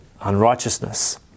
unrighteousness